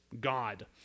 God